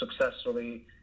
successfully